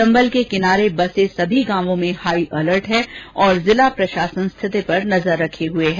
चम्बल के किनारे बसे सभी गांवों में हाई अलर्ट है और जिला प्रशासन स्थिति पर नजर बनाये हुए है